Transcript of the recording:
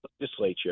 legislature